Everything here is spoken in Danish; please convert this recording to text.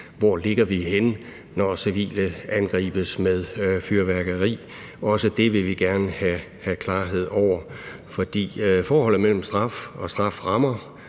Hvor ligger vi henne, når civile angribes med fyrværkeri? Også det vil vi gerne have klarhed over. Forholdet mellem straffe og strafferammer